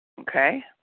Okay